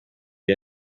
iyo